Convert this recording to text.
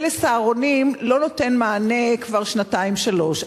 כלא "סהרונים" לא נותן מענה כבר שנתיים-שלוש.